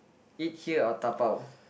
eat here or dabao